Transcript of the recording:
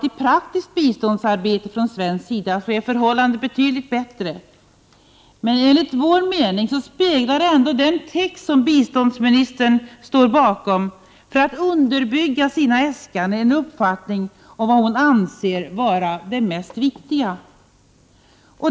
I praktiskt biståndsarbete från svensk sida är förhållandet lyckligtvis betydligt bättre, men enligt vår mening speglar ändå den text, som biståndsministern underbygger sina äskanden med, en uppfattning om vad hon anser är det viktigaste.